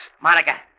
Monica